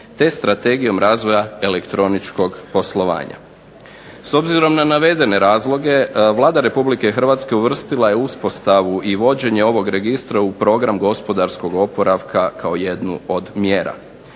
te strategijom razvoja elektroničkog poslovanja. S obzirom na navedene razloge Vlada Republike Hrvatske uvrstila je uspostavu i vođenje ovog registra u Program gospodarskog oporavka kao jednu od mjera.